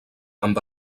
amb